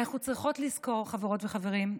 אנחנו צריכות לזכור, חברות וחברים,